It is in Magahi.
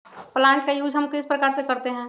प्लांट का यूज हम किस प्रकार से करते हैं?